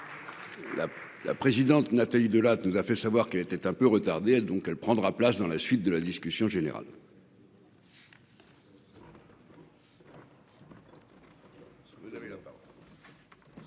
la. Présidente Nathalie Delattre nous a fait savoir qu'elle était un peu retardé donc elle prendra place dans la suite de la discussion générale.